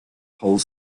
whole